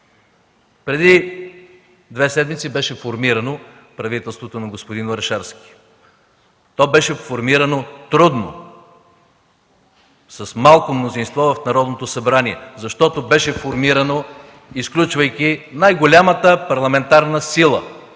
Преди две седмици беше формирано правителството на господин Орешарски. То беше формирано трудно, с малко мнозинство в Народното събрание, защото беше формирано, изключвайки най-голямата парламентарна сила